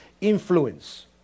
influence